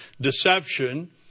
deception